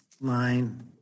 line